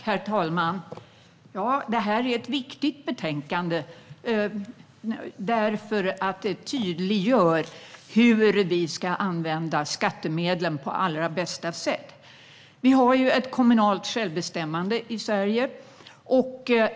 Herr talman! Detta är ett viktigt betänkande därför att det tydliggör hur vi ska använda skattemedlen på allra bästa sätt. Vi har ett kommunalt självbestämmande i Sverige.